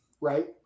Right